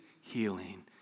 healing